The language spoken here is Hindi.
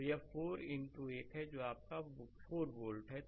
तो यह 4 इनटू 1 है जो आपका 4 वोल्ट है